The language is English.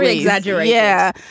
yeah exaggerate. yeah.